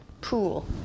pool